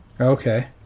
Okay